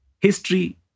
history